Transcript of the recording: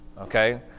okay